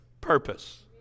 purpose